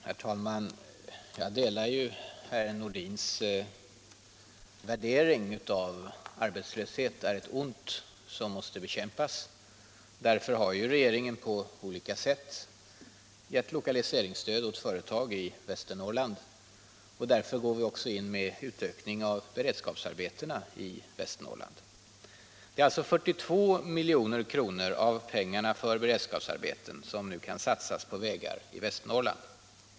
Herr talman! Jag delar herr Nordins värdering att arbetslöshet är något ont som måste bekämpas. Därför har regeringen på olika sätt gett lokaliseringsstöd åt företag i Västernorrland och därför går vi också in med en utökning av beredskapsarbetena i Västernorrland. Det är alltså 42 milj.kr. av pengarna för beredskapsarbeten som nu kan satsas på vägar i Västernorrland.